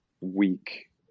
week